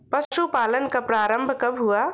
पशुपालन का प्रारंभ कब हुआ?